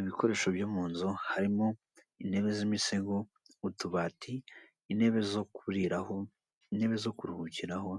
Ibikoresho byo mu nzu harimo intebe z’imisego, utubati, intebe zo kuriraho, intebe zo kuruhukiraho,